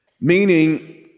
meaning